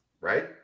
Right